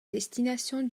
destination